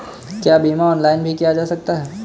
क्या बीमा ऑनलाइन भी किया जा सकता है?